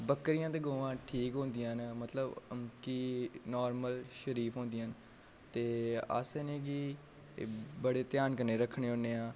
बक्करियां ते गौवां ठीक होन्दियां न मतलब की नॉर्मल शरीफ होन्दियां न ते अस इ'नें गी बड़े ध्यान कन्नै रखने होने आं